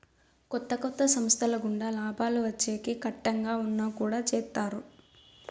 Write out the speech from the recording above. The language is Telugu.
కొత్త కొత్త సంస్థల గుండా లాభాలు వచ్చేకి కట్టంగా ఉన్నా కుడా చేత్తారు